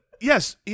yes